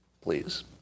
please